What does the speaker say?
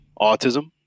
autism